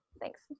thanks